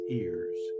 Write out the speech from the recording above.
ears